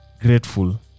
grateful